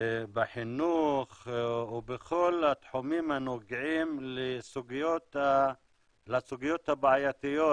בחינוך ובכל התחומים הנוגעים לסוגיות הבעייתיות,